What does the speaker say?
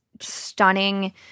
stunning